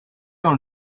dans